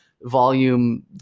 volume